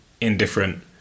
indifferent